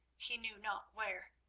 he knew not where.